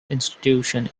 institution